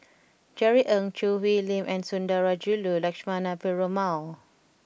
Jerry Ng Choo Hwee Lim and Sundarajulu Lakshmana Perumal